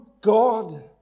God